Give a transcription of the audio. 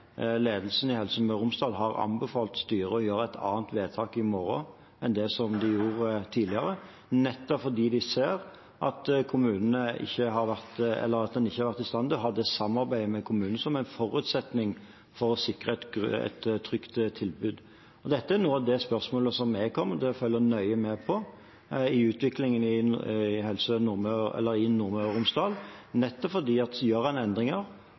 ledelsen i Helse Møre og Romsdal har anbefalt styret å gjøre et annet vedtak i morgen enn det som de gjorde tidligere – nettopp fordi de ser at en ikke har vært i stand til å ha det samarbeidet med kommunene som er en forutsetning for å sikre et trygt tilbud. Dette er noen av de spørsmålene jeg kommer til å følge nøye med på i utviklingen i Nordmøre og Romsdal, nettopp fordi at gjør en endringer,